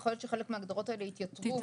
יכול להיות שחלק מההגדרות האלה יתייתרו.